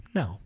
no